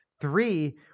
Three